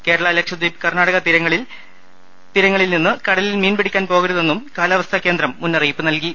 കേരള ലക്ഷദ്ധീപ് കർണാടക തീരങ്ങളിൽ നിന്ന് കടലിൽ മീൻപിടിക്കാൻ പോകരുതെന്നും കാലാവസ്ഥാ കേന്ദ്രം മുന്നറിയിപ്പ് നൽകി